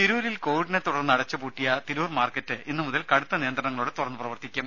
ദേശ കോവിഡിനെ തുടർന്ന് അടച്ചുപൂട്ടിയ തിരൂർ മാർക്കറ്റ് ഇന്ന് മുതൽ കടുത്ത നിയന്ത്രണങ്ങളോടെ തുറന്നുപ്രവർത്തിക്കും